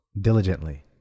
diligently